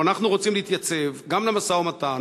הלוא אנחנו רוצים להתייצב גם במשא-ומתן,